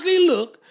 look